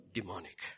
Demonic